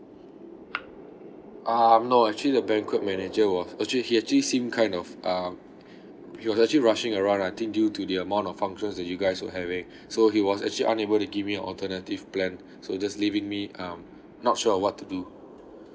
um no actually the banquet manager was actually he actually seem kind of um he was actually rushing around lah I think due to the amount of functions that you guys were having so he was actually unable to give me an alternative plan so just leaving me um not sure on what to do